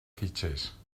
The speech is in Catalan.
fitxers